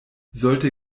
sollte